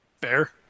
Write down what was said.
Fair